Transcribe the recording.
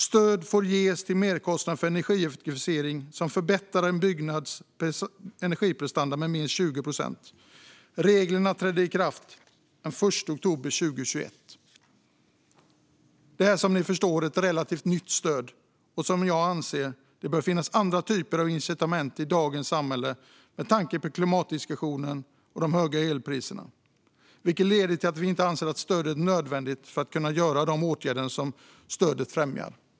Stöd får ges till merkostnader för energieffektivisering som förbättrar en byggnads energiprestanda med minst 20 procent. Reglerna trädde i kraft den 1 oktober 2021. Det är som ni förstår ett relativt nytt stöd, men jag anser att det bör finnas andra typer av incitament i dagens samhälle med tanke på klimatdiskussionen och de höga elpriserna. Det leder till att vi inte anser att stödet är nödvändigt för att kunna göra de åtgärder som stödet främjar.